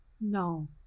No